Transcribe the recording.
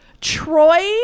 Troy